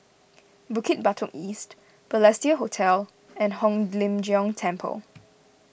Bukit Batok East Balestier Hotel and Hong Lim Jiong Temple